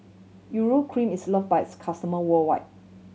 Urea Cream is loved by its customer worldwide